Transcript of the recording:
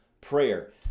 prayer